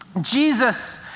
Jesus